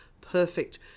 perfect